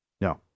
No